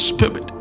Spirit